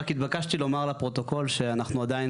רק התבקשתי לומר לפרוטוקול שאנחנו עדיין